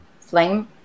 flame